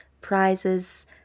prizes